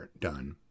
done